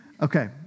Okay